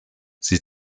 sie